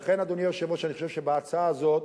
לכן, אדוני היושב-ראש, אני חושב שההצעה הזאת,